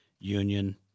union